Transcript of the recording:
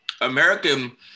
american